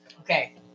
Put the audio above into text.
Okay